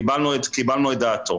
קיבלנו את דעתו.